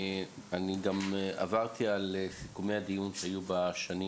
גם עברתי על סיכומי הדיון שהיו בשנים